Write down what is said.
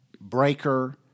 Breaker